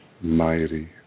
Mighty